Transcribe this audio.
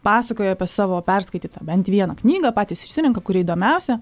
pasakoja apie savo perskaitytą bent vieną knygą patys išsirenka kuri įdomiausia